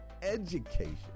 education